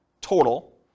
total